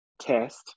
test